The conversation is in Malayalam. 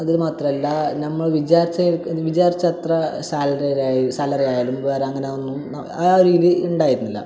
അതുമാത്രമല്ല നമ്മൾ വിചാരിച്ച വിചാരിച്ചത്ര സാലറിയ സാലറി ആയാലും വേറെ അങ്ങനെ ഒന്നും ആ ഒരു ഇത് ഉണ്ടായിരുന്നില്ല